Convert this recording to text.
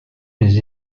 des